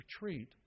retreat